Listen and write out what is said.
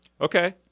Okay